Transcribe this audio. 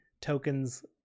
tokens